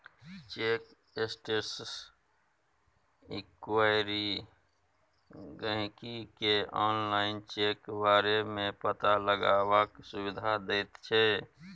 cheque status enquiry गाहिंकी केँ online check बारे मे पता लगेबाक सुविधा दैत छै